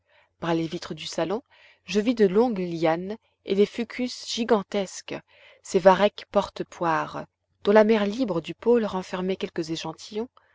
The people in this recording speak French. par les vitres du salon je vis de longues lianes et des fucus gigantesques ces varechs porte poires dont la mer libre du pôle renfermait quelques échantillons